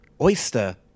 oyster